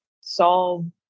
solve